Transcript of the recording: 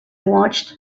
watched